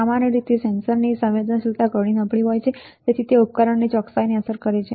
સામાન્ય રીતે સેન્સરની સંવેદનશીલતા ઘણી નબળી હોય છે અને તેથી તે ઉપકરણની ચોકસાઈને અસર કરે છે